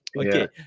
Okay